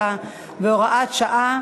59 והוראת שעה),